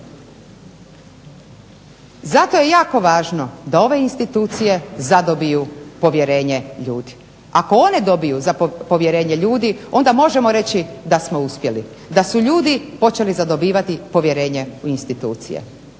Zato je jako važno da ove institucije zadobiju povjerenje ljudi. Ako one dobiju povjerenje ljudi onda možemo reći da smo uspjeli, da su ljudi počeli zadobivati povjerenje u institucije,